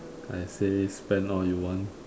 I say spend all you want